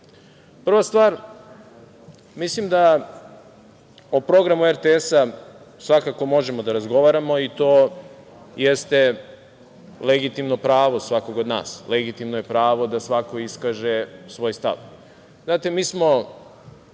Prva stvar, mislim da o programu RTS-a svakako možemo da razgovaramo i to jeste legitimno pravo svakog od nas. Legitimno je pravo da svako iskaže svoj stav.